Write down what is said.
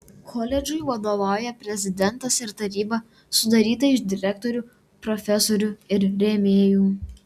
koledžui vadovauja prezidentas ir taryba sudaryta iš direktorių profesorių ir rėmėjų